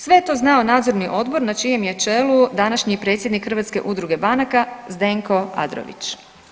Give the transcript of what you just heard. Sve je to znao nadzorni odbor na čijem je čelu današnji predsjednik Hrvatske udruge banaka Zdenko Adrović.